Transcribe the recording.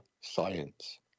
science